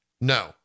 No